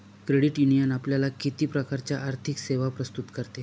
Credit union आपल्याला किती प्रकारच्या आर्थिक सेवा प्रस्तुत करते?